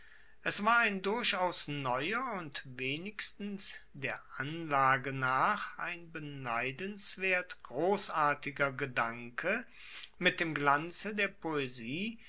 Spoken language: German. es war ein durchaus neuer und wenigstens der anlage nach ein beneidenswert grossartiger gedanke mit dem glanze der poesie